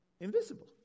invisible